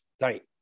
sorry